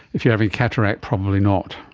if having cataract, probably not.